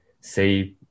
say